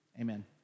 Amen